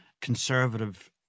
conservative